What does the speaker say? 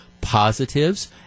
positives